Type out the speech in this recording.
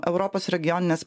europos regioninės